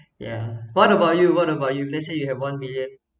ya what about you what about you let's say you have one million